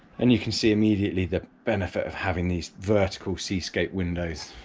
and you can see immediately the benefit of having these vertical seascape windows,